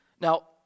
Now